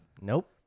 Nope